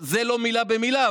זאת לא מילה במילה,